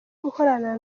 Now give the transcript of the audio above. gukorana